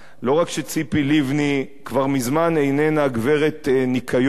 לא רק שציפי לבני כבר מזמן איננה גברת ניקיון,